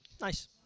Nice